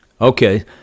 Okay